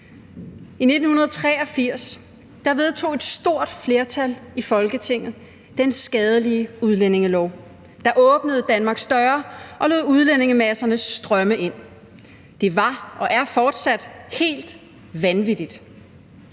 I 1983 vedtog et stort flertal i Folketinget den skadelige udlændingelov, der åbnede Danmarks døre og lod udlændingemasserne strømme ind. Det var og er fortsat helt vanvittigt.